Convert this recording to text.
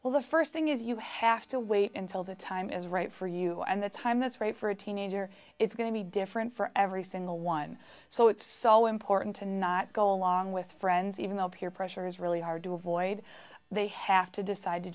well the first thing is you have to wait until the time is right for you and the time that's right for a teenager it's going to be different for every single one so it's so important to not go along with friends even up here pressure is really hard to avoid they have to decide to